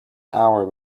hour